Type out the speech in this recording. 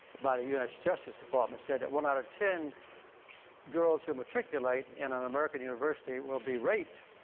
by the us justice department said that one out of ten girls who matriculate in an american university will be raped